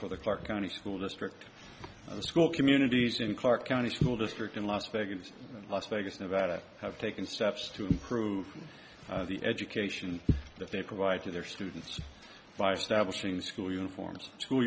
for the clark county school district school communities in clark county school district in las vegas las vegas nevada have taken steps to improve the education that they provide to their students by stabbing school uniforms school